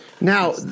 Now